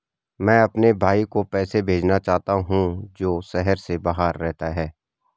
मैं अपने भाई को पैसे भेजना चाहता हूँ जो शहर से बाहर रहता है